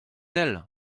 elle